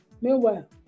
Meanwhile